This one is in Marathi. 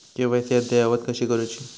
के.वाय.सी अद्ययावत कशी करुची?